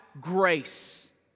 grace